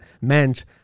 meant